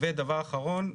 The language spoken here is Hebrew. דבר אחרון,